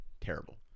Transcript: terrible